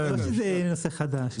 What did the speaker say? זה לא נושא חדש.